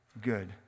good